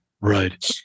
Right